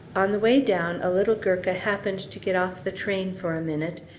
on the way down a little gurkha happened to get off the train for a minute,